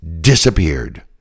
disappeared